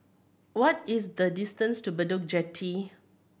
what is the distance to Bedok Jetty